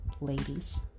ladies